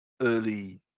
early